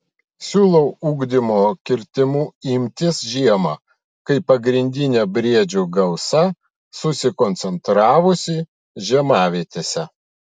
siūlau ugdymo kirtimų imtis žiemą kai pagrindinė briedžių gausa susikoncentravusi žiemavietėse